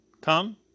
come